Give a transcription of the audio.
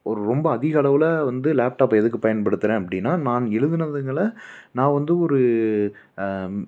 ஒரு ரொம்ப அதிக அளவில் வந்து லேப்டாப்பை எதுக்கு பயன்படுத்துகிறேன் அப்படினா நான் எழுதினதுங்கள நான் வந்து ஒரு